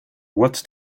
what